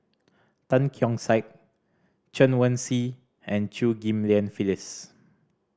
Tan Keong Saik Chen Wen Hsi and Chew Ghim Lian Phyllis